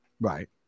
Right